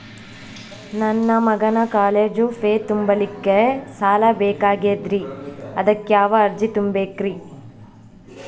ನನ್ನ ಮಗನ college fee ತುಂಬಲಿಕ್ಕೆ ಸಾಲ ಬೇಕಾಗೆದ್ರಿ ಅದಕ್ಯಾವ ಅರ್ಜಿ ತುಂಬೇಕ್ರಿ?